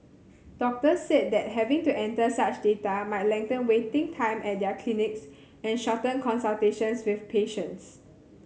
doctors said that having to enter such data might lengthen waiting time at their clinics and shorten consultations with patients